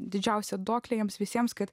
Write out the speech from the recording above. didžiausią duoklę jiems visiems kad